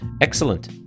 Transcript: Excellent